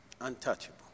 Untouchable